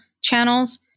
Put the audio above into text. channels